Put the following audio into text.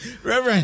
Reverend